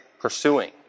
pursuing